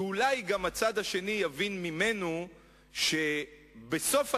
שאולי גם הצד השני יבין ממנו שבסוף התהליך,